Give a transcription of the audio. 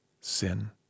sin